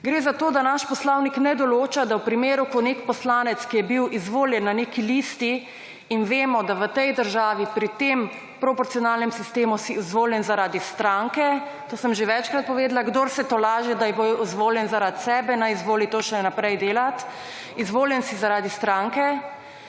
Gre za to, da naš Poslovnik ne določa, da v primeru, ko nek poslanec, ki je bil izvoljen na neki listi in vemo, da v tej državi, pri tem proporcionalnem sistemu, si izvoljen zaradi stranke, to sem že večkrat povedala, kdor se tolaži, da je izvoljen zaradi sebe, naj izvoli to še naprej delat. Izvoljen si zaradi stranke